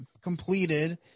completed